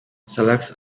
salax